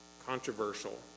controversial